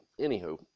Anywho